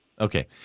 Okay